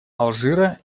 алжира